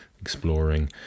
exploring